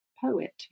poet